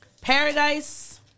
Paradise